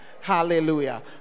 Hallelujah